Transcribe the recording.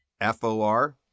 F-O-R